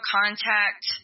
contact